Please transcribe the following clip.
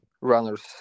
runners